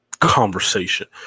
conversation